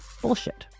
bullshit